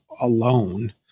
alone